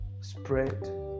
spread